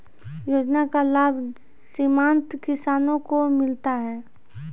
योजना का लाभ सीमांत किसानों को मिलता हैं?